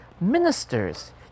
ministers